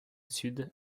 sud